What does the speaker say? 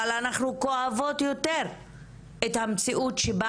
אבל אנחנו כואבות יותר את המציאות שבה